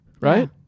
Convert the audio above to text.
right